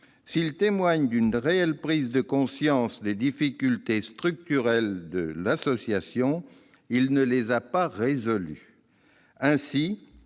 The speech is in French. S'il témoigne d'une réelle prise de conscience des difficultés structurelles de l'association, il ne les a pas résolues.